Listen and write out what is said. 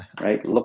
right